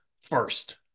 first